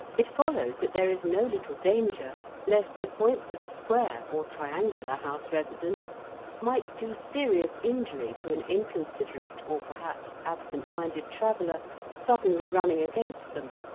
it follows that there is no little danger lest the points of a square or triangular house residence might do serious injury to an inconsiderate or perhaps absent minded traveller suddenly running against them